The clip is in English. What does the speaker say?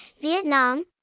Vietnam